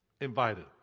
Invited